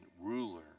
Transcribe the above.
ruler